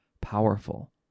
powerful